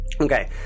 Okay